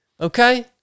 Okay